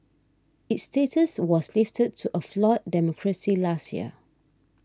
its status was lifted to a flawed democracy last year